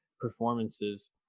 performances